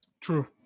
True